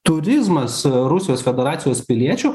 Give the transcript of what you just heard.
turizmas rusijos federacijos piliečių